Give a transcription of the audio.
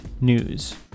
news